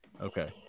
Okay